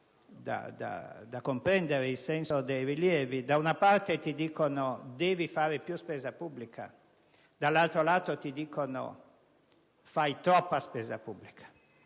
da comprendere il senso dei rilievi: da una parte ti dicono che devi fare più spesa pubblica, dall'altro lato ti dicono che fai troppa spesa pubblica.